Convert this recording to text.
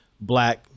black